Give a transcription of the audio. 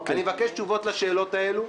אני מבקש תשובות לשאלות האלו.